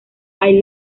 hay